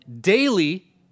daily